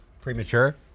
premature